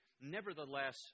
Nevertheless